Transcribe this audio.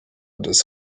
das